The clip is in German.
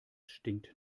stinkt